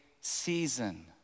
season